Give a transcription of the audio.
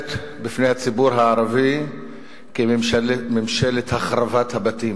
מצטיירת בפני הציבור הערבי כממשלת החרבת הבתים,